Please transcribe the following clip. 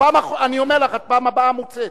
אני אומר לך, בפעם הבאה את מוצאת.